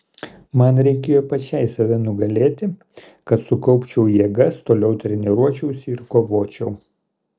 man reikėjo pačiai save nugalėti kad sukaupčiau jėgas toliau treniruočiausi ir kovočiau